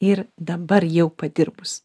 ir dabar jau padirbus